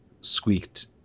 squeaked